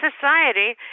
society